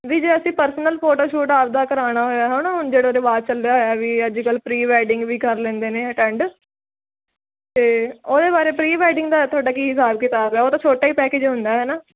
ਵੀ ਜੇ ਅਸੀਂ personal photo shoot ਆਪਦਾ ਕਰਾਉਣਾ ਹੋਇਆ ਹੈ ਨਾ ਜਿਹੜਾ ਰਿਵਾਜ਼ ਚੱਲਿਆ ਹੋਇਆ ਵੀ ਅੱਜ ਕੱਲ੍ਹ ਪ੍ਰੀ ਵੈਡਿੰਗ ਵੀ ਕਰ ਲੈਂਦੇ ਨੇ ਅਟੈਂਡ ਤੇ ਉਹਦੇ ਬਾਰੇ ਪ੍ਰੀ ਵੈਡਿੰਗ ਦਾ ਤੁਹਾਡਾ ਕੀ ਹਿਸਾਬ ਕਿਤਾਬ ਆ ਉਹ ਤਾਂ ਛੋਟਾ ਹੀ ਪੈਕੇਜ ਹੁੰਦਾ ਹੈ ਨਾ